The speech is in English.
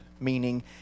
meaning